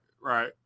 right